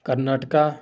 Karnataka